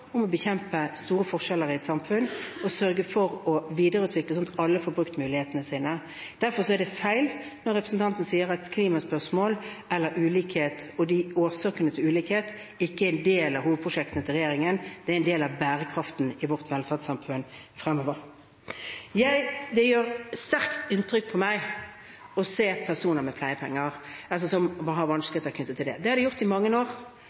om å bekjempe store forskjeller i et samfunn og å sørge for å videreutvikle, slik at alle får brukt mulighetene sine. Derfor er det feil når representanten sier at klimaspørsmål og ulikhet – og årsakene til ulikhet – ikke er en del av hovedprosjektene til regjeringen. Det er en del av bærekraften i vårt velferdssamfunn fremover. Det gjør sterkt inntrykk på meg å se personer som har vanskeligheter knyttet til pleiepenger – det har de hatt i mange år.